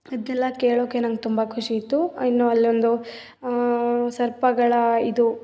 ಇದನ್ನೆಲ್ಲ ಕೇಳೋಕ್ಕೆ ನನ್ಗೆ ತುಂಬ ಖುಷಿ ಇತ್ತು ಇನ್ನು ಅಲ್ಲೊಂದು ಸರ್ಪಗಳ ಇದು